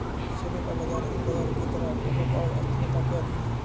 सोने का बाजार अन्य बाजारों की तरह अटकलों और अस्थिरता के अधीन है